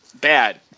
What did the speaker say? Bad